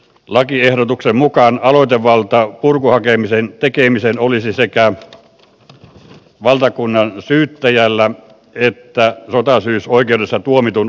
lakiehdotuksen mukaan aloitevalta purkuhakemisen tekemiseen olisi sekä valtakunnansyyttäjällä että sotasyyllisyysoikeudessa tuomitun omaisella